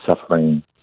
suffering